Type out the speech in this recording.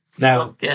now